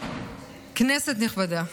כנסת נכבדה,